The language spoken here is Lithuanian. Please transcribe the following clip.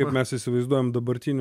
kaip mes įsivaizduojam dabartiniu